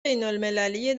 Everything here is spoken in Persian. بینالمللی